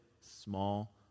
small